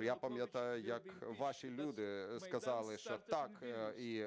Я пам'ятаю, як ваші люди сказали, що так, і